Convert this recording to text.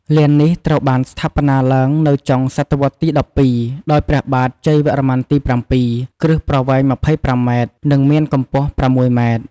លាននេះត្រូវបានស្ថាបនាឡើងនៅចុងសតវត្សទី១២ ដោយព្រះបាទជ័យវរន្ម័នទី៧ គ្រឹះប្រវែង ២៥ម៉ែត្រ និង មានកំពស់ ៦ម៉ែត្រ។